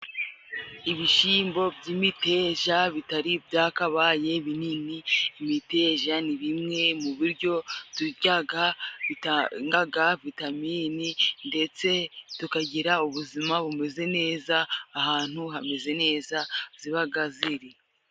Ibishyimbo by'imiteja bitari byakabaye binini. Imiteja ni bimwe mu biryo turyaga bitangaga vitaminini ndetse tukagira ubuzima bumeze neza, ahantu hameze neza zibaga ziri.